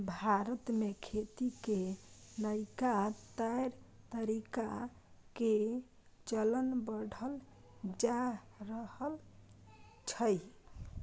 भारत में खेती के नइका तौर तरीका के चलन बढ़ल जा रहल छइ